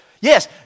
Yes